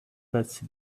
passed